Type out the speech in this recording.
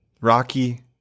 Rocky